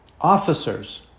officers